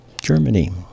Germany